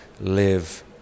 live